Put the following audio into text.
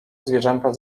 zwierzęta